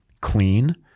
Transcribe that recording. clean